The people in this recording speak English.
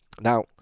Now